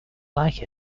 like